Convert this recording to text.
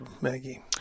Maggie